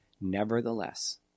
Nevertheless